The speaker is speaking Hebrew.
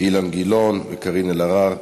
אילן גילאון וקארין אלהרר.